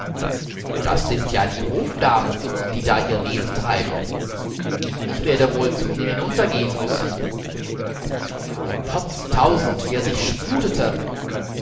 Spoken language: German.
das sind ja die hofdamen die da ihr wesen treiben ich werde wohl zu ihnen hinuntergehen müssen potz tausend wie er sich sputete